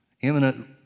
imminent